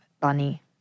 Bunny